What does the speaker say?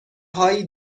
هایی